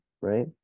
right